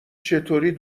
چطوری